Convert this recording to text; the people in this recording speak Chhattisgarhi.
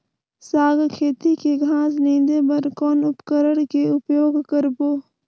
साग खेती के घास निंदे बर कौन उपकरण के उपयोग करबो?